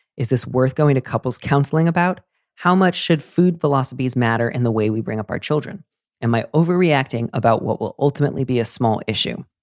is this worth going to couples counseling? about how much should food philosophies matter in the way we bring up our children and my overreacting about what will ultimately be a small issue?